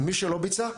מי שלא ביצע,